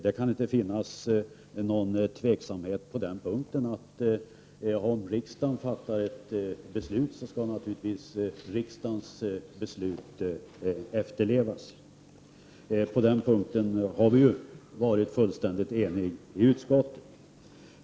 Det kan inte föreligga några tvivel om att när riksdagen fattar ett beslut, skall detta beslut naturligtvis efterlevas. På den punkten har vi varit fullständigt eniga i utskottet.